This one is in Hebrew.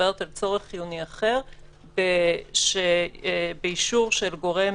שמדברת על צורך חיוני אחר באישור של גורם